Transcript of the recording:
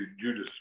Judas